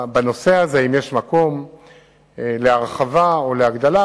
בנושא הזה, האם יש מקום להרחבה או להגדלה.